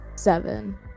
Seven